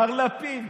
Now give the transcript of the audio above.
מר לפיד.